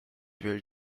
were